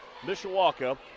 Mishawaka